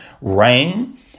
rain